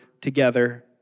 together